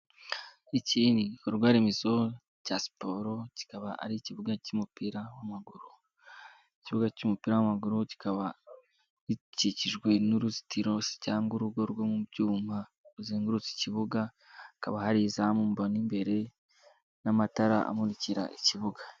Iki gikorwa remezo cya siporo kikaba ari ikibuga cy'umupira w'amaguru, ikibuga cy'umupira w'amaguru kikaba gikikijwe n'uruzitiro se cyangwa urugo rwo mu byuma ruzengurutse ikibuga, hakaba hari izamu mbona imbere n'amatara amurikira ikibuga.